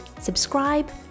subscribe